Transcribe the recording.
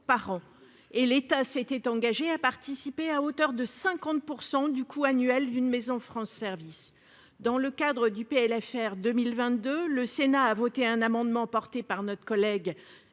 par an et l'État s'était engagé à participer à hauteur de 50 % du coût annuel d'une maison France service dans le cadre du PLFR 2022 Le Sénat a voté un amendement porté par notre collègue